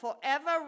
forever